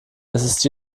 ist